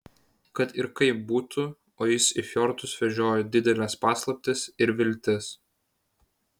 kad ir kaip būtų o jis į fjordus vežioja dideles paslaptis ir viltis